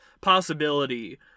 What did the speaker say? possibility